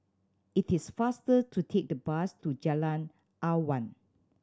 it is faster to take the bus to Jalan Awan